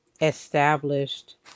established